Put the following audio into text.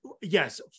yes